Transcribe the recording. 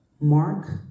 Mark